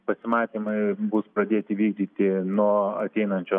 pasimatymai bus pradėti vykdyti nuo ateinančio